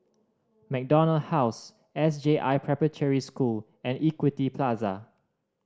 MacDonald House S J I Preparatory School and Equity Plaza